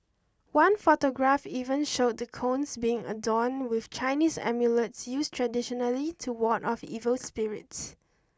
one photograph even showed the cones being adorn with Chinese amulets used traditionally to ward off evil spirits